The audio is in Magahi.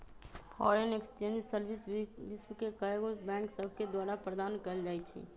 फॉरेन एक्सचेंज सर्विस विश्व के कएगो बैंक सभके द्वारा प्रदान कएल जाइ छइ